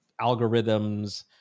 algorithms